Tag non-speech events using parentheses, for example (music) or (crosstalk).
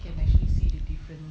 (noise)